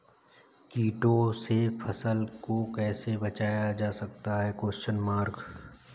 कीटों से फसल को कैसे बचाया जा सकता है?